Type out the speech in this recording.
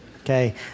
Okay